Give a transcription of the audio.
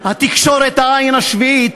התקשורת "העין השביעית",